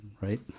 right